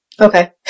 Okay